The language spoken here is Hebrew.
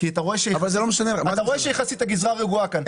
אתה רואה שיחסית הגזרה רגועה כאן.